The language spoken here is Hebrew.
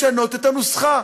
לשנות את הנוסחה,